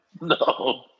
No